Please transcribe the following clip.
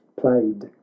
played